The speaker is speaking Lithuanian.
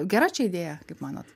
gera čia idėja kaip manot